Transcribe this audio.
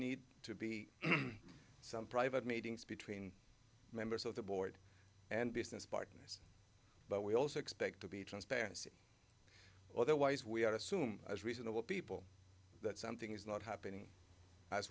need to be some private meetings between members of the board and business partners but we also expect to be transparency otherwise we are assume as reasonable people that something is not happening as